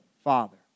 father